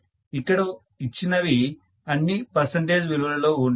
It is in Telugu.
ఇక్కడ ఇచ్చినవి అన్నీ పర్సంటేజ్ విలువలలో ఉంటాయి